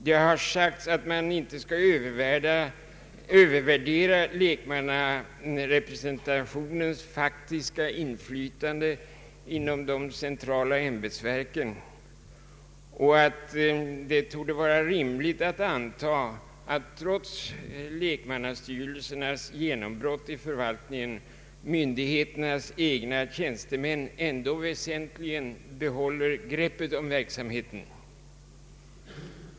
Det har sagts att man inte skall övervärdera lekmannarepresentationens faktiska inflytande inom de centrala ämbetsverken och att det torde vara rimligt att anta att myndigheternas egna tjänstemän trots lekmannastyrelsernas genombrott i förvaltningen behåller greppet om verksamheten.